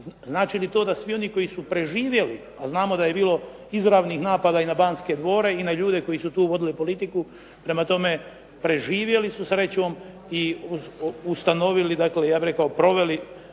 Znači li to da svi oni koji su preživjeli, a znamo da je bilo izravnih napada i na Banske dvore i na ljude koji su tu vodili politiku, prema tome, preživjeli su srećom i ustanovili, dakle, ja bih rekao proveli